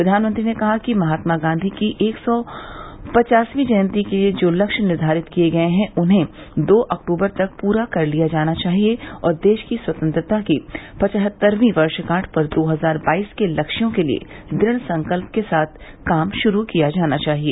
प्रधानमंत्री ने कहा कि महात्मा गांधी की एक सौ पचासवीं जयंती के लिए जो लक्ष्य निर्धारित किए गए हैं उन्हें दो अक्टूबर तक पूरा कर लिया जाना चाहिए और देश की स्वतंत्रता की पचहत्तरवीं वर्षगांठ पर दो हजार बाईस के लक्ष्यों के लिए दृढ़संकल्प के साथ काम शुरू किया जाना चाहिए